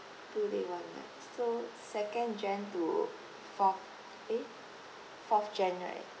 two day one night so second jan~ to fourth eh fourth jan~ right